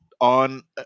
on